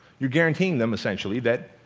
you're guaranteeing them, essentially that,